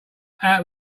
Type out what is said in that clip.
out